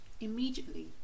Immediately